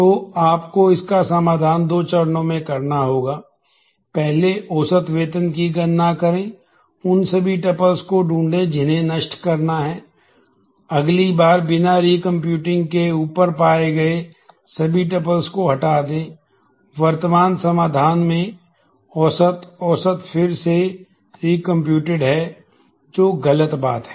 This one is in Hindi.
तो आपको इसका समाधान दो चरणों में करना होगा पहले औसत वेतन की गणना करें उन सभी टुपल्स है जो गलत बात है